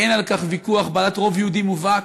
אין על כך ויכוח, בעלת רוב יהודי מובהק.